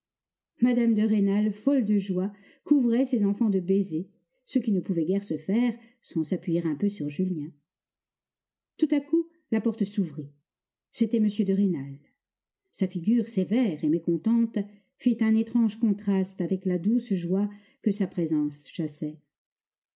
mme de rênal folle de joie couvrait ses enfants de baisers ce qui ne pouvait guère se faire sans s'appuyer un peu sur julien tout à coup la porte s'ouvrit c'était m de rênal sa figure sévère et mécontente fit un étrange contraste avec la douce joie que sa présence chassait